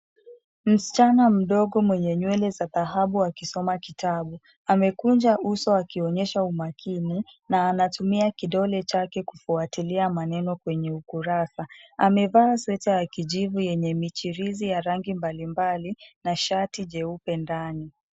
Msichana mdogo mwenye nywele za dhahabu akisoma kitabu. Amekunja uso akionyesha umakini, na anatumia kidole chake kufuatilia maneno kwenye ukurasa. Amevaa sweta ya kijivu yenye michirizi ya rangi mbalimbali na shati jeupe ndani.